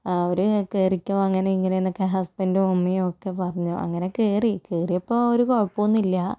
അവർ കയറിക്കോ അങ്ങനെ ഇങ്ങനെയെന്നൊക്കെ ഹസ്ബൻഡും അമ്മയൊക്കെ പറഞ്ഞു അങ്ങനെ കയറി കയറിയപ്പോൾ ഒരു കുഴപ്പമൊന്നുമില്ല